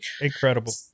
Incredible